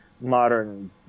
modern